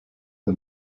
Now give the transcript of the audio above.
the